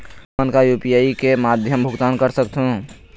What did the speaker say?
हमन का यू.पी.आई के माध्यम भुगतान कर सकथों?